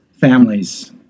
families